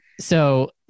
So-